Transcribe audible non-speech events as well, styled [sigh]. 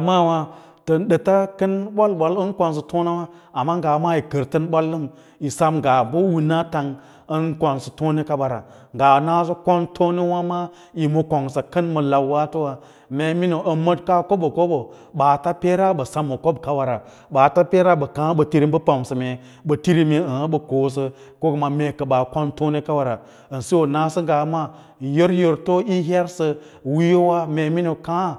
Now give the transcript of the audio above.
maawa ta ma dətə kən boi boi ar konsa tonawa, amma yi kar tan boi ddəm yi sem nga u wina tang an konsa tone kaɓara nga naso kontonewa kuma yoma kongas kangas lawwatowa mee minium an madkaa kobo kobo baata peera ba kaâ ba tiri ba pamsa mee ba tiri àâ bə kosə ko maa mee ba kon tone kawora an siyo naso ngana maa an yoryorto seve [unintelligible]